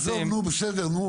עזוב, נו, בסדר נו.